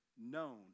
known